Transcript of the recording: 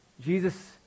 Jesus